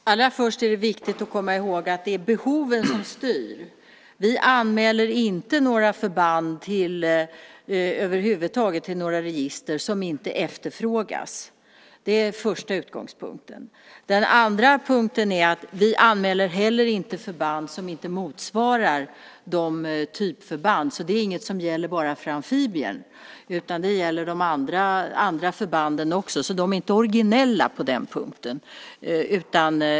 Herr talman! Det är viktigt att komma ihåg att det är behoven som styr. Vi anmäler över huvud taget inte några förband till några register om de inte efterfrågas. Det är den första utgångspunkten. Den andra utgångspunkten är att vi inte heller anmäler förband som inte motsvarar typförbanden. Det är inte något som bara gäller amfibieförbandet. Det gäller de andra förbanden också. De är inte originella på den punkten.